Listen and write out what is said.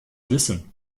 wissen